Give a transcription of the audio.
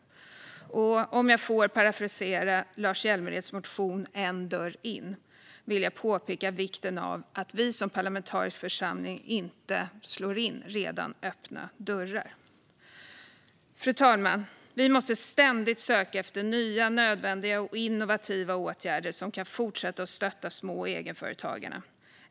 Om jag får parafrasera Lars Hjälmereds motion om "en dörr in" vill jag påpeka vikten av att vi som parlamentarisk församling inte slår in redan öppna dörrar. Fru talman! Vi måste ständigt söka efter nya, nödvändiga och innovativa åtgärder som kan fortsätta att stötta små och egenföretagarna.